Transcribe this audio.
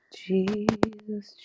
jesus